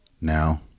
Now